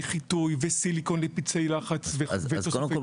חיטוי וסיליקון לפצעי לחץ -- אז כרגע,